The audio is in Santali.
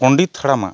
ᱯᱚᱱᱰᱤᱛ ᱦᱟᱲᱟᱢᱟᱜ